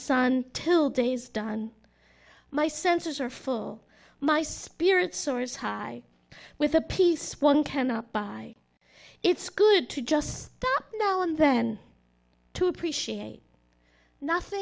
sun till day is done my senses are full my spirit soars high with a peace one cannot buy it's good to just stop now and then to appreciate nothing